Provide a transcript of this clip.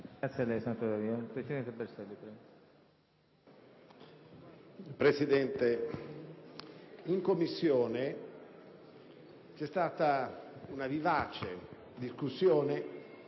Presidente, in Commissione giustizia c'è stata una vivace discussione